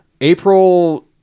April